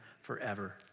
forever